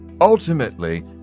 Ultimately